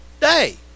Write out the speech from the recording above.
day